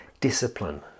discipline